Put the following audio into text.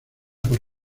por